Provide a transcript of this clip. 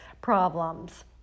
problems